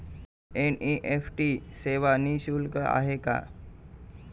NEFT सेवा निःशुल्क आहे का?